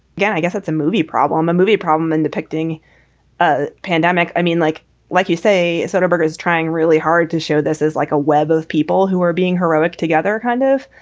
yeah. i guess it's a movie problem. a movie problem and depicting a pandemic. i mean like like you say, soderbergh is trying really hard to show. this is like a web of people who are being heroic together. kind of.